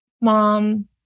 mom